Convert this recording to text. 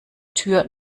tür